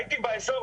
הייתי באזור,